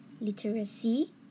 literacy